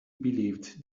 believed